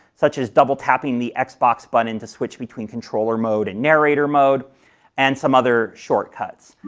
such as double tapping the xbox button to switch between controller mode and narrator mode and some other shortcuts.